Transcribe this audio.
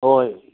ꯍꯣꯏ